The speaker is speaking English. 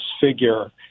figure